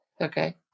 Okay